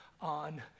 on